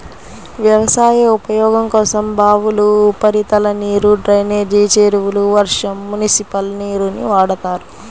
వ్యవసాయ ఉపయోగం కోసం బావులు, ఉపరితల నీరు, డ్రైనేజీ చెరువులు, వర్షం, మునిసిపల్ నీరుని వాడతారు